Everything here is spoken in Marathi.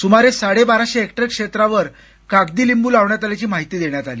सुमारे साडे बाराशे हेक्टर क्षेत्रावर कागदी लिंबू लावण्यात आल्याची माहिती देण्यात आली